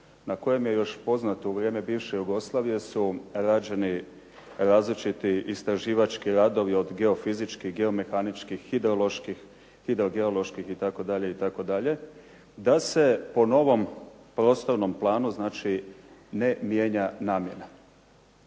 na kojem je još poznato u vrijeme bivše Jugoslavije su rađeni različiti istraživački radovi od geofizičkih, geomehaničkih, hidroloških, hidrodijaloških itd., itd., da se po novom prostornom planu znači ne mijenja namjena.